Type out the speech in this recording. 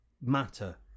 matter